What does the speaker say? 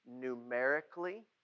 numerically